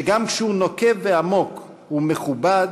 שגם כשהוא נוקב ועמוק הוא מכובד,